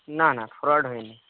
না না ফ্রড হয়নি